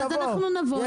אז אנחנו נבוא,